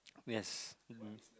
yes hmm